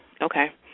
okay